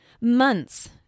Months